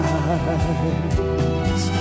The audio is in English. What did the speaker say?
eyes